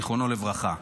זיכרונו לברכה,